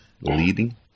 leading